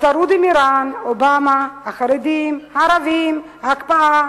הטרוד עם אירן, אובמה, החרדים, הערבים, ההקפאה